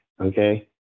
okay